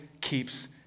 keeps